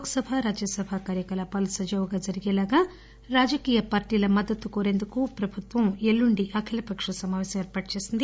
లోక్ సభ రాజ్యసభ కార్యకలాపాలు సజావుగా జరిగేలాగా రాజకీయ పార్టీల మద్దతు కోరేందుకు ప్రభుత్వం ఎల్లుండి అఖిలపక్ష సమాపేశం ఏర్పాటు చేసింది